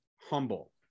humble